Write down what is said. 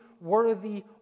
worthy